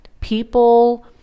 people